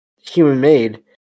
human-made